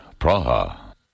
Praha